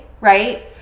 right